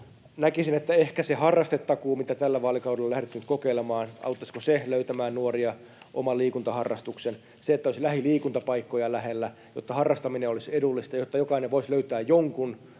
Näkisin, että ehkä se harrastetakuu, mitä tällä vaalikaudella on lähdetty nyt kokeilemaan, auttaisi nuoria löytämään oman liikuntaharrastuksen. Se, että olisi lähiliikuntapaikkoja lähellä, jotta harrastaminen olisi edullista, jotta jokainen voisi löytää jonkun